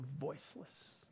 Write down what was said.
voiceless